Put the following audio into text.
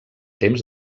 temps